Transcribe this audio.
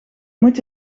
moet